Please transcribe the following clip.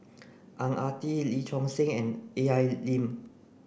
Ang Ah Tee Lee Choon Seng and A I Lim